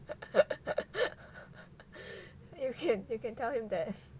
you can you can tell him that